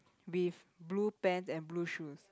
with blue pants and blue shoes